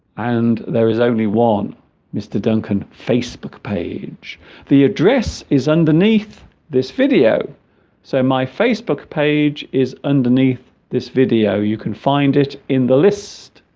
and there is only one mr. duncan facebook page the address is underneath this video so my facebook page is underneath this video you can find it in the list